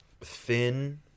thin